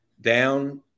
down